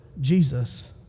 Jesus